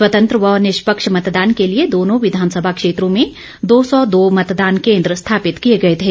स्वतंत्र व निष्पक्ष मतदान के लिए दोनों विधानसभा क्षेत्रो में दो सौ दो मतदान केंद्र स्थापित किए गए थे